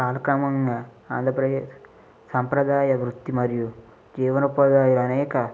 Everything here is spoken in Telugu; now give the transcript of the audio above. కాలక్రమంగా ఆంధ్రప్రదేశ్ సంప్రదాయ వృత్తి మరియు జీవనోపాదులు అనేక